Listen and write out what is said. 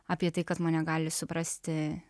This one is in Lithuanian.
apie tai kad mane gali suprasti